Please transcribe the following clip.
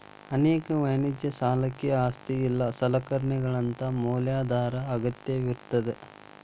ಅನೇಕ ವಾಣಿಜ್ಯ ಸಾಲಕ್ಕ ಆಸ್ತಿ ಇಲ್ಲಾ ಸಲಕರಣೆಗಳಂತಾ ಮ್ಯಾಲಾಧಾರ ಅಗತ್ಯವಿರ್ತದ